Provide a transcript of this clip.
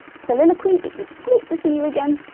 soliloquy it was great to see you again,